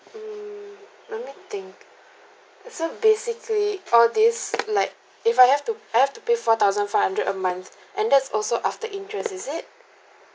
mm let me think so basically all these like if I have to I have to pay four thousand five hundred a month and that's also after interest is it